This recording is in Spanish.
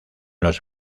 los